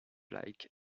like